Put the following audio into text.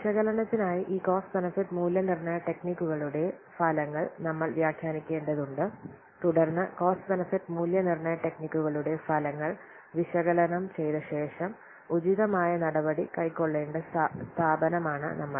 വിശകലനത്തിനായി ഈ cost benefit മൂല്യനിർണ്ണയ ടെക്നിക്കുകളുടെ ഫലങ്ങൾ നമ്മൾ വ്യാഖ്യാനിക്കേണ്ടതുണ്ട് തുടർന്ന് കോസ്റ്റ് ബെനിഫിറ്റ് മൂല്യനിർണ്ണയ ടെക്നിക്കുകളുടെ ഫലങ്ങൾ വിശകലനം ചെയ്ത ശേഷം ഉചിതമായ നടപടി കൈക്കൊള്ളേണ്ട സ്ഥാപനമാണ് നമ്മൾ